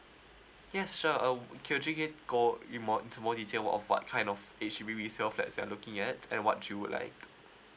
yes sure um could you go with more with more detail of what kind of H_D_B resale flats you are looking at and what you would like